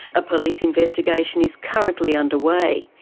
a police investigation is currently underway.